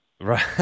Right